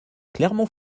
clermont